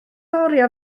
oriau